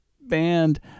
band